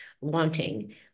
wanting